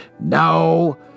No